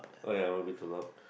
oh ya will be too long